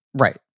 Right